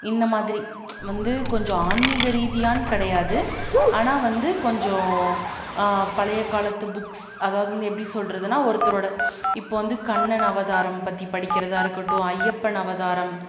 இந்தமாதிரி வந்து கொஞ்சம் ஆன்மீக ரீதியான்னு கிடையாது ஆனால் வந்து கொஞ்சம் பழையகாலத்து புக்ஸ் அதாவது வந்து எப்படி சொல்றதுன்னால் ஒருத்தரோடய இப்போ வந்து கண்ணன் அவதாரம் பற்றி படிக்கிறதாக இருக்கட்டும் ஐயப்பன் அவதாரம்